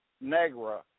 negra